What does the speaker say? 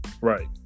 Right